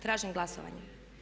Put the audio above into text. Tražim glasovanje.